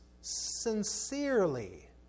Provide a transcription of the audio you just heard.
sincerely